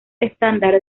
estándar